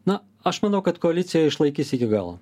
na aš manau kad koalicija išlaikys iki galo